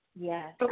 Yes